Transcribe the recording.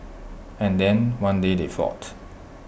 and then one day they fought